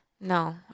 No